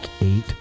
eight